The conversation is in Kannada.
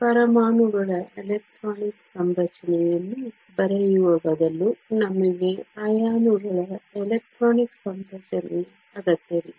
ಪರಮಾಣುಗಳ ಎಲೆಕ್ಟ್ರಾನಿಕ್ ಸಂರಚನೆಯನ್ನು ಬರೆಯುವ ಬದಲು ನಮಗೆ ಅಯಾನುಗಳ ಎಲೆಕ್ಟ್ರಾನಿಕ್ ಸಂರಚನೆಯ ಅಗತ್ಯವಿದೆ